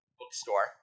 Bookstore